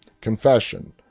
Confession